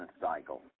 cycle